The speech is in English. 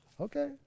Okay